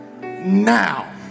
now